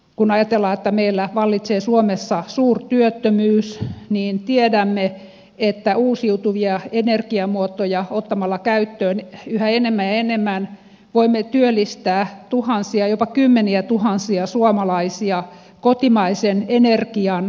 kun ajatellaan että meillä vallitsee suomessa suurtyöttömyys niin tiedämme että ottamalla käyttöön uusiutuvia energiamuotoja yhä enemmän ja enemmän voimme työllistää tuhansia jopa kymmeniätuhansia suomalaisia kotimaisen energian parissa